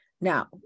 Now